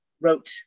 wrote